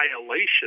violation